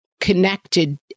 connected